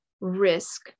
risk